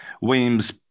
Williams